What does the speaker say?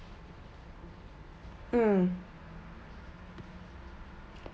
mm